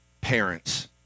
parents